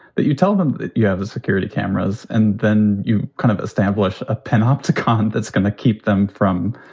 but you tell them you have the security cameras and then you kind of establish a panopticon that's going to keep them from